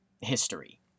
history